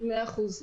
מאה אחוז.